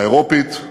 האירופית,